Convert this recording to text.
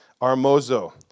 armozo